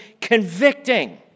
convicting